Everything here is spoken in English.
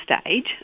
stage